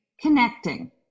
Connecting